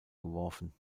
geworfen